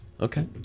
Okay